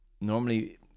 normally